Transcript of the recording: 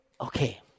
okay